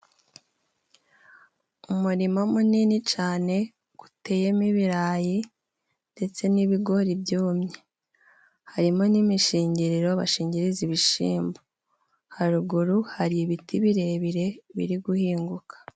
Umurima munini cane guteyemo ibirayi ndetse n'ibigori byumye, harimo n'imishingiriro bashingiriza ibishimbo, haruguru hari ibiti birebire biri guhinguka.